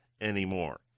anymore